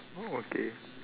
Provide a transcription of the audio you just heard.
okay